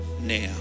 now